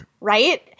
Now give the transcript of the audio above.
right